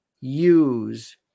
use